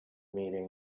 meeting